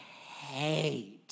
hate